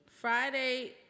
Friday